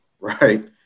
right